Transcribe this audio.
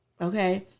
Okay